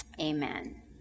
amen